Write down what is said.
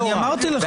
אז אני אמרתי לך.